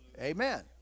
Amen